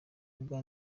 ubwa